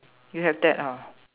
you have that ah